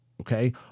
okay